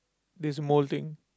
there's mole thing